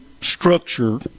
structure